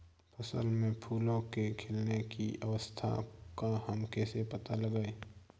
फसल में फूलों के खिलने की अवस्था का हम कैसे पता लगाएं?